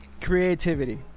creativity